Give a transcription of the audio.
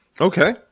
Okay